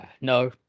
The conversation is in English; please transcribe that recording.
no